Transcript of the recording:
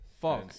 Fuck